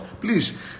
please